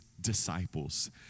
disciples